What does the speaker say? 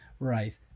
Right